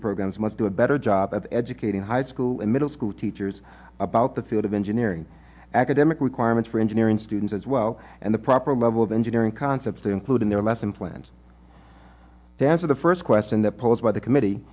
university programs must do a better job of educating high school and middle school teachers about the field of engineering academic requirements for engineering students as well and the proper level of engineering concepts to include in their lesson plans to answer the first question that posed by the committee